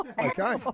Okay